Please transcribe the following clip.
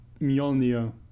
Mjolnir